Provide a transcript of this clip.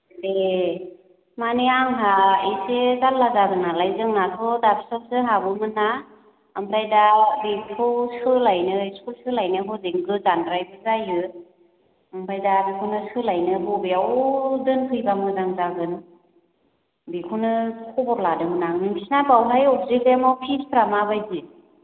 ए माने आंहा एसे जारला जादों नालाय जोंनाथ' दाबसेयावसो हाबोमोन ना ओमफ्राय दा बेखौ सोलायनो स्कुल सोलायनो हजों गोजानद्राय जायो ओमफ्राय दा बिखौनो सोलायनो बबेयाव दोनफैबा मोजां जागोन बिखौनो खबर लादोंमोन आं नोंसिना बावहाय अकजिलियाम आव फिस फ्रा माबायदि